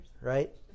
right